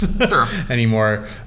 anymore